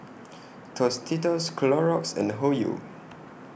Tostitos Clorox and Hoyu